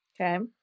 Okay